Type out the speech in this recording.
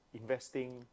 Investing